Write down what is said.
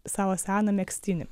savo seną megztinį